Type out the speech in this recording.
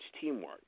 teamwork